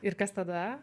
ir kas tada